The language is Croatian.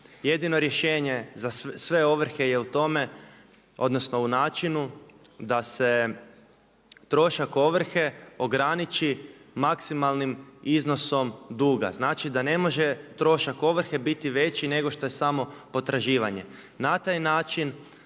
Jedino rješenje za sve ovrhe je u tome odnosno u načinu da se trošak ovrhe ograniči maksimalnim iznosom duga. Znači da ne može trošak ovrhe biti veći nego što je samo potraživanje. Na taj način